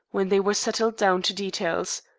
when they were settled down to details,